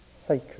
sacred